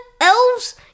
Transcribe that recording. elves